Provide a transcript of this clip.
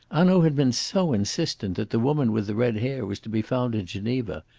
hanaud had been so insistent that the woman with the red hair was to be found in geneva,